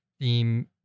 theme